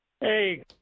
Hey